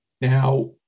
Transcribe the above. Now